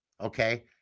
Okay